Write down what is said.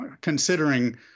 considering